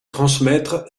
transmettre